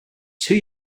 two